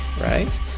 Right